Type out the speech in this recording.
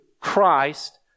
Christ